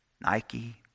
Nike